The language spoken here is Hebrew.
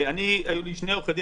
לי היו שני עורכי דין,